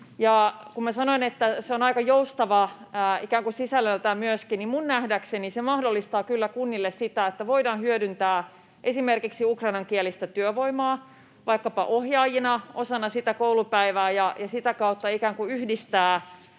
minä sanoin, että se on aika joustavaa ikään kuin sisällöltään myöskin, niin minun nähdäkseni se mahdollistaa kyllä kunnille sen, että voidaan hyödyntää esimerkiksi ukrainankielistä työvoimaa vaikkapa ohjaajina osana sitä koulupäivää ja sitä kautta ikään